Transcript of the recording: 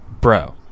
Bro